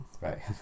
right